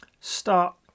Start